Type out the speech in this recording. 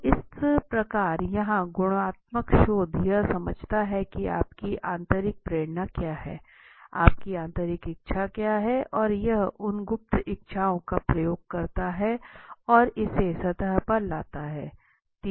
तो इस प्रकार यहाँ गुणात्मक शोध यह समझता है कि आपकी आंतरिक प्रेरणा क्या है आपकी आंतरिक इच्छा क्या है और यह उन गुप्त इच्छाओं का उपयोग करता है और इसे सतह पर लाता है